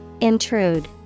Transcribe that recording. Intrude